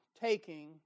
taking